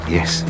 Yes